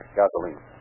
gasoline